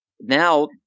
Now